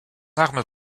arme